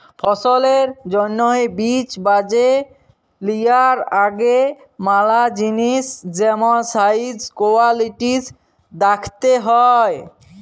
ফসলের জ্যনহে বীজ বাছে লিয়ার আগে ম্যালা জিলিস যেমল সাইজ, কোয়ালিটিজ দ্যাখতে হ্যয়